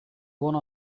one